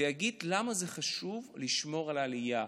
ויגיד למה זה חשוב לשמור על העלייה,